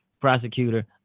prosecutor